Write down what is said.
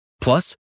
Plus